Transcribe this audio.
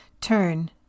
Turn